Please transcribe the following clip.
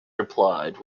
replied